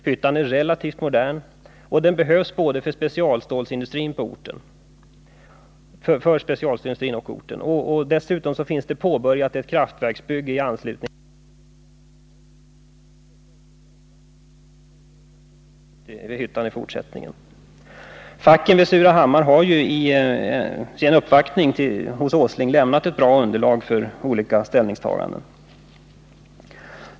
Hyttan är relativt modern, och den behövs för både specialstålsindustrin och orten. Dessutom har det påbörjats ett kraftverksbygge i anslutning till hyttan, vilket kommer att kunna betjäna hyttan i fortsättningen. Facken i Surahammar har i sin uppvaktning hos Nils Åsling lämnat ett bra underlag för olika ställningstaganden.